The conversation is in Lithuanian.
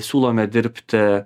siūlome dirbti